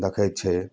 देखै छै